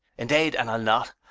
indade, and i'll not.